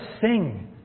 sing